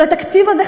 אבל התקציב הזה,